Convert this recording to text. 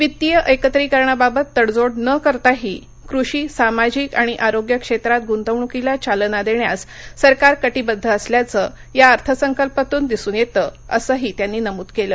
वित्तीय एकत्रीकरणाबात तडजोड न करताही कृषी सामाजिक आणि आरोग्य क्षेत्रात गृंतवणूकीला चालना देण्यास सरकार कटिबद्ध असल्याचं या अर्थसंकल्पातून दिसून येतं असंही त्यांनी नमूद केलं